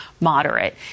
moderate